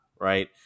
right